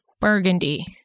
Burgundy